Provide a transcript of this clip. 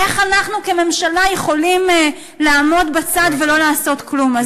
איך אנחנו כממשלה יכולים לעמוד בצד ולא לעשות כלום?